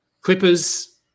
Clippers